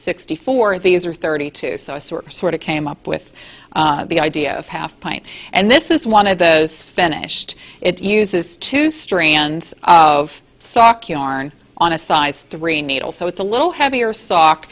sixty four of these are thirty two so i sort of sort of came up with the idea of half point and this is one of those finished it uses two stray ends of sock yarn on a size three needle so it's a little heavier sock